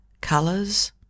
colors